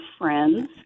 friends